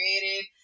created